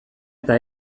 eta